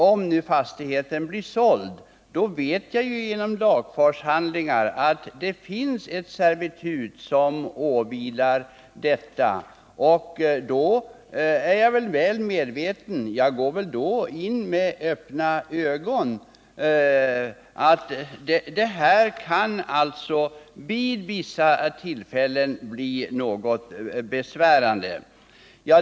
Om fastigheten sedan blir såld vet köparen genom lagfartshandlingar att det finns ett servitut som åvilar fastigheten. Han är då väl medveten om att lukten vid vissa tillfällen kan bli besvärande.